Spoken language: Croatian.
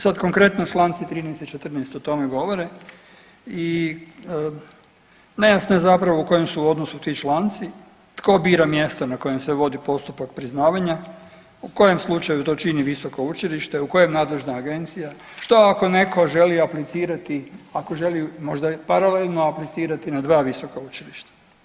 Sad konkretno Članci 13. i 14. o tome govore i nejasno je zapravo u kojem su odnosu ti članci, tko bira mjesta na kojem se vodi postupak priznavanja, u koje slučaju to čini visoko učilište, u kojem nadležna agencija, što ako netko želi aplicirati, ako želi možda paralelno aplicirati na dva visoka učilišta.